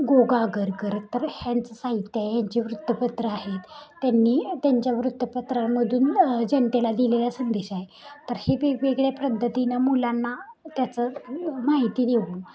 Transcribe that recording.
गो ग आगरकर तर ह्यांचं साहित्य आहे ह्यांचे वृत्तपत्रं आहेत त्यांनी त्यांच्या वृत्तपत्रांमधून जनतेला दिलेला संदेश आहे तर हे वेगवेगळ्या पद्धतीनं मुलांना त्याचं माहिती देऊन